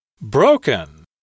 Broken